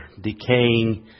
decaying